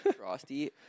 Frosty